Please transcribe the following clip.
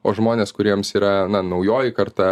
o žmonės kuriems yra na naujoji karta